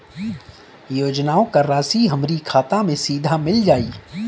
योजनाओं का राशि हमारी खाता मे सीधा मिल जाई?